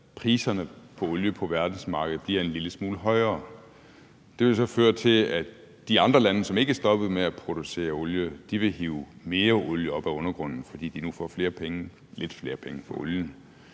priserne på olie på verdensmarkedet bliver en lille smule højere, og det vil så føre til, at de andre lande, som ikke er stoppet med at producere olie, vil hive mere olie op af undergrunden, fordi de nu får lidt flere penge for olien.